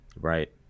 right